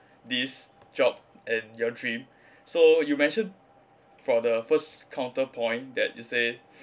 this job and your dream so you mention for the first counterpoint that you say